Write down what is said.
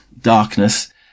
darkness